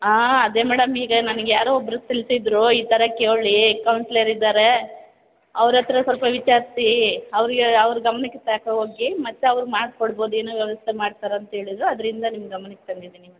ಆಂ ಅದೇ ಮೇಡಮ್ ಈಗ ನನಗೆ ಯಾರೋ ಒಬ್ಬರು ತಿಳಿಸಿದ್ರು ಈ ಥರ ಕೇಳೀ ಕೌನ್ಸಿಲರ್ ಇದ್ದಾರೆ ಅವ್ರ ಹತ್ರ ಸ್ವಲ್ಪ ವಿಚಾರಿಸಿ ಅವ್ರ ಯೇ ಅವ್ರ ಗಮನಕ್ಕೆ ತಗ ಹೋಗಿ ಮತ್ತು ಅವ್ರು ಮಾಡ್ಕೊಡ್ಬೌದು ಏನೋ ವ್ಯವಸ್ಥೆ ಮಾಡ್ತಾರೆ ಅಂತೇಳಿದರು ಅದರಿಂದ ನಿಮ್ಮ ಗಮನಕ್ಕೆ ತಂದಿದ್ದೀನಿ